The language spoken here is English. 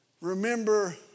Remember